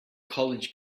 college